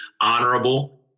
honorable